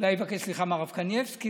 אולי יבקש סליחה מהרב קנייבסקי,